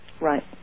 Right